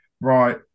right